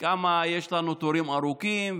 כמה יש לנו תורים ארוכים,